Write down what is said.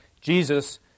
Jesus